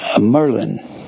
Merlin